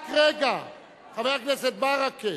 חבר הכנסת ברכה.